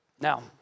Now